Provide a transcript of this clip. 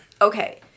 Okay